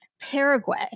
Paraguay